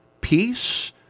peace